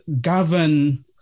govern